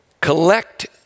collect